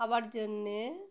খাওয়ার জন্যে